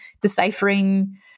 deciphering